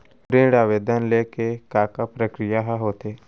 ऋण आवेदन ले के का का प्रक्रिया ह होथे?